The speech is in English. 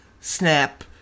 Snap